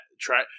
Try